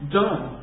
done